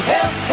Help